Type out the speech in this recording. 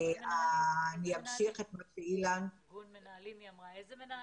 אני אמשיך את מה שאילן -- איזה מנהלים?